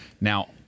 now